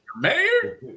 Mayor